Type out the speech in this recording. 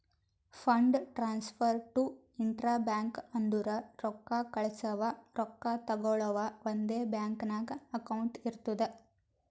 fund transfer to intra bank ಅಂದುರ್ ರೊಕ್ಕಾ ಕಳ್ಸವಾ ರೊಕ್ಕಾ ತಗೊಳವ್ ಒಂದೇ ಬ್ಯಾಂಕ್ ನಾಗ್ ಅಕೌಂಟ್ ಇರ್ತುದ್